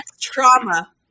trauma